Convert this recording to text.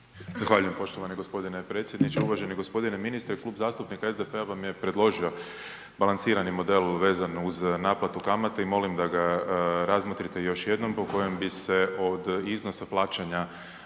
poštovani gospodine predsjedniče. Uvaženi gospodine ministre. Klub zastupnika SDP-a vam je predložio balansirani model vezano uz naplatu kamata i molim da ga razmotrite još jednom po kojem bi se od iznosa plaćanja